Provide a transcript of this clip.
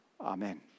Amen